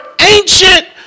ancient